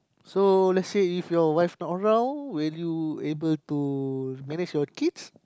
so let's say if your wife not around will you able to manage your kids